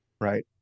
Right